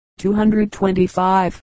225